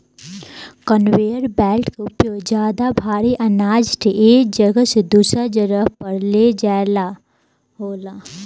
conveyor belt के उपयोग ज्यादा भारी आनाज के एक जगह से दूसरा जगह पर ले जाईल जाला